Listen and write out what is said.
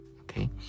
Okay